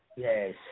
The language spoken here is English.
Yes